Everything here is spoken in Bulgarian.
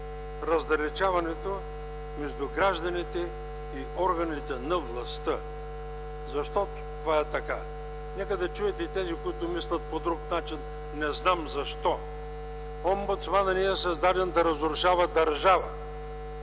раздалечаването между гражданите и органите на властта. Защо е така?! Нека чуят и тези, които мислят по друг начин, не знам защо. Омбудсманът не е създаден да разрушава държавата.